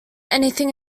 anything